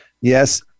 Yes